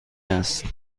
است